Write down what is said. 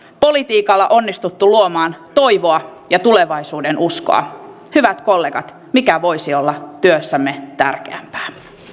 politiikalla on onnistuttu luomaan toivoa ja tulevaisuudenuskoa hyvät kollegat mikä voisi olla työssämme tärkeämpää